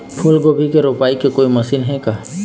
फूलगोभी के रोपाई के कोई मशीन हे का?